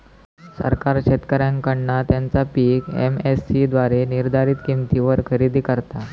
सरकार शेतकऱ्यांकडना त्यांचा पीक एम.एस.सी द्वारे निर्धारीत किंमतीवर खरेदी करता